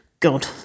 God